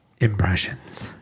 impressions